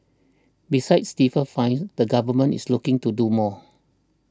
besides stiffer fines the Government is looking to do more